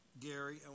Gary